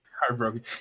Heartbroken